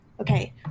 Okay